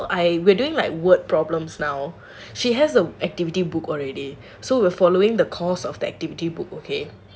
ya so I we're doing like word problems now she has a activity book already so we're following the course of the activity book okay